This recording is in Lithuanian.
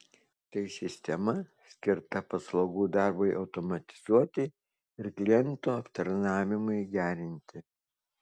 tai sistema skirta paslaugų darbui automatizuoti ir klientų aptarnavimui gerinti